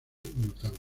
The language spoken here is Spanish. notable